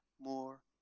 more